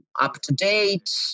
up-to-date